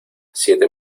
siete